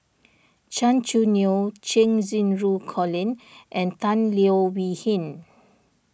Gan Choo Neo Cheng Xinru Colin and Tan Leo Wee Hin